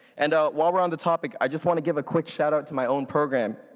and while we're on the topic, i just want to give a quick shoutout to my own program.